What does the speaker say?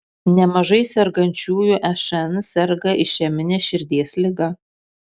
nemažai sergančiųjų šn serga išemine širdies liga